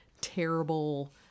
terrible